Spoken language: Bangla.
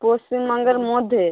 পশ্চিমবঙ্গের মধ্যে